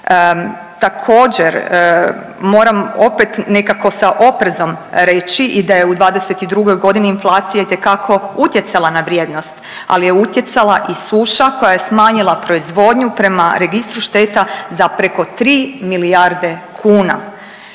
Također, moram opet nekako sa oprezom reći i da je u '22. godini inflacija itekako utjecala na vrijednost, ali je utjecala i suša koja je smanjila proizvodnju prema registru šteta za preko 3 milijarde kuna.